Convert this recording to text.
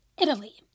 Italy